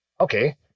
Okay